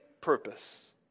purpose